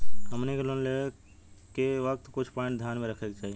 हमनी के लोन लेवे के वक्त कुछ प्वाइंट ध्यान में रखे के चाही